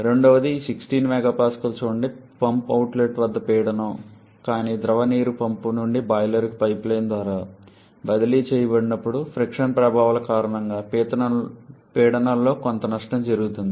రెండవది ఈ 16 MPa చూడండి పంప్ అవుట్లెట్ వద్ద పీడనం కానీ ద్రవ నీరు పంపు నుండి బాయిలర్కు పైప్లైన్ ద్వారా బదిలీ చేయబడినప్పుడు ఫ్రిక్షన్ ఘర్షణ ప్రభావాల కారణంగా పీడనం లో కొంత నష్టం జరుగుతుంది